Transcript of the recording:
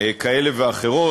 כאלה ואחרות,